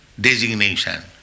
designation